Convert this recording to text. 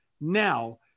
Now